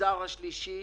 במגזר השלישי